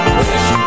wish